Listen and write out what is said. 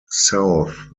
south